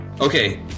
Okay